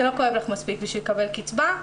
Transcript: זה לא כואב לך מספיק בשביל לקבל קצבה,